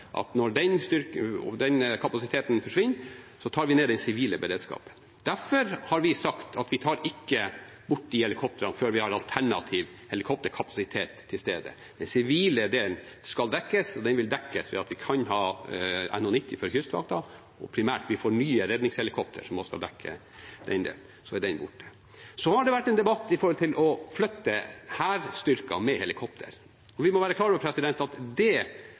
at vi, når den kapasiteten forsvinner, tar ned den sivile beredskapen. Derfor har vi sagt at vi ikke tar bort disse helikoptrene før vi har alternativ helikopterkapasitet til stede. Den sivile delen skal dekkes. Den vil dekkes ved at vi kan ha NH90 fra Kystvakten, og, primært, vi får nye redningshelikopter, som også skal dekke den delen. Så er den borte. Så har det vært en debatt om å flytte hærstyrkene med helikopter. Vi må være klar over at